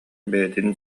бэйэтин